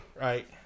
right